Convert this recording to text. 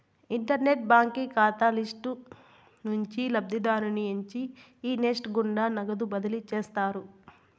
internet బాంకీ కాతాల list నుంచి లబ్ధిదారుని ఎంచి ఈ నెస్ట్ గుండా నగదు బదిలీ చేస్తారు